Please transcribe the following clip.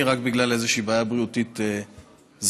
רק בגלל איזושהי בעיה בריאותית זמנית.